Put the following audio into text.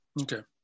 Okay